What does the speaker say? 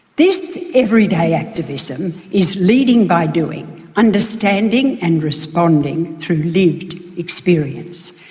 this everyday activism is leading by doing understanding and responding through lived experience.